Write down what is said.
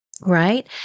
right